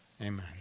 amen